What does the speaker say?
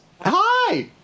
Hi